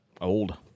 old